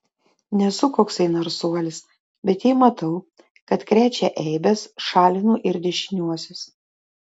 nesu koksai narsuolis bet jei matau kad krečia eibes šalinu ir dešiniuosius